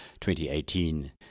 2018